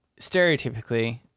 stereotypically